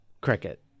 cricket